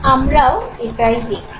আমরাও এটাই দেখলাম